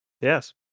Yes